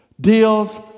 deals